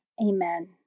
Amen